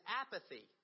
apathy